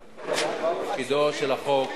בחזרה.